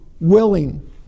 willing